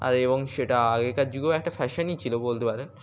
আর এবং সেটা আগেকার যুগেও একটা ফ্যাশনই ছিল বলতে পারেন